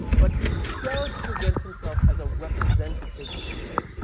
but he does present himself as a representative person.